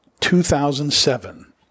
2007